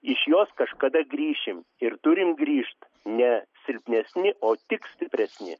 iš jos kažkada grįšim ir turim grįžt ne silpnesni o tik stipresni